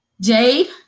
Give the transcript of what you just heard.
Jade